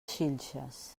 xilxes